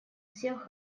всех